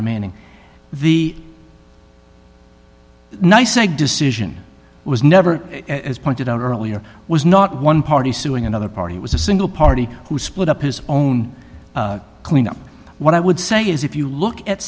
remaining the nice i decision was never as pointed out earlier was not one party suing another party was a single party who split up his own cleanup what i would say is if you look at